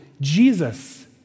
Jesus